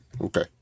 Okay